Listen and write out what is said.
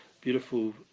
beautiful